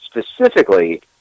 specifically